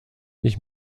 ich